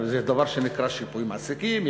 יש דבר שנקרא שיפוי מעסיקים,